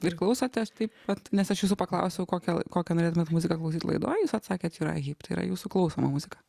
ir klausotės taip vat nes aš jūsų paklausiau kokią kokią norėtumėt muziką klausyt laidoj jūs atsakėt jurai hip tai yra jūsų klausoma muzika